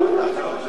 בעד, 8,